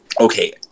okay